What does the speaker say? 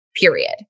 period